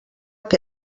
que